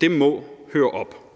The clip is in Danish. Det må høre op.